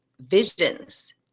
visions